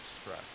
stress